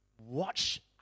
watch